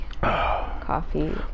coffee